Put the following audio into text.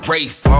Race